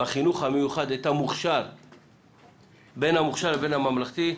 בחינוך המיוחד בין המוכש"ר לבין הממלכתי,